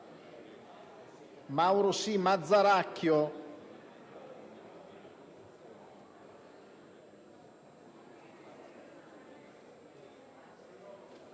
Mauro, Mazzaracchio,